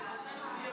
ארבע פעמים,